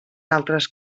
altres